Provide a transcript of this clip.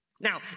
Now